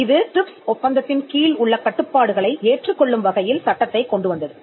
இது டிரிப்ஸ் ஒப்பந்தத்தின் கீழ் உள்ள கட்டுப்பாடுகளை ஏற்றுக் கொள்ளும் வகையில் சட்டத்தைக் கொண்டு வந்தது